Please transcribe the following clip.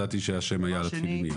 אני ידעתי שהשם היה על התפילין.